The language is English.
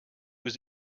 was